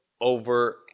over